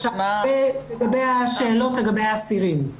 השאלות לגבי האסירים.